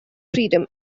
freedom